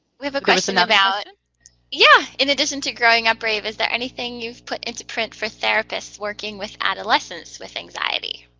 we have a question about yeah in addition to growing up brave, is there anything you've put in print for therapists working with adolescents with anxiety?